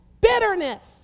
Bitterness